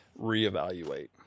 reevaluate